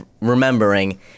remembering